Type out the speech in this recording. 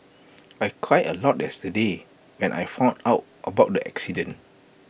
I cried A lot yesterday when I found out about the accident